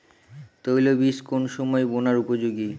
তৈল বীজ কোন সময় বোনার উপযোগী?